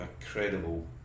incredible